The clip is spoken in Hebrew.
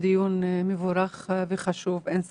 דיון מבורך וחשוב, אין ספק,